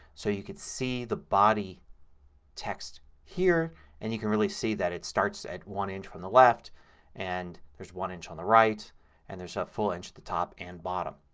so you can see the body text here and you can really see that it starts at one inch from the left and there's one inch on the right and there's a full inch at the top and bottom.